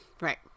right